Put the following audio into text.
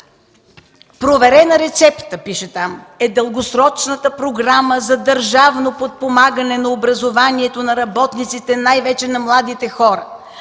„Проверена рецепта – пише там – е дългосрочната програма за държавно подпомагане на образованието на работниците, най-вече на младите хора.